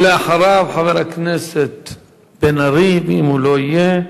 ואחריו, חבר הכנסת בן-ארי, ואם הוא לא יהיה,